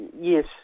Yes